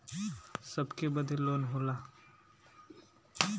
सबके बदे लोन होला